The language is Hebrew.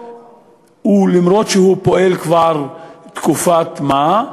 אומנם הוא פועל כבר תקופת מה,